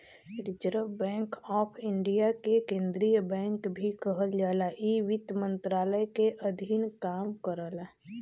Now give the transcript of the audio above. reserve bank of India के केंद्रीय bank भी कहल जाला इ वित्त मंत्रालय के अधीन काम करला